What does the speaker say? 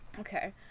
Okay